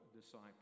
disciples